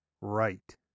Right